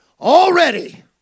already